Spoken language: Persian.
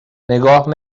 نگاه